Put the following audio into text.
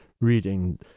reading